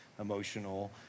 emotional